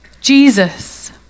Jesus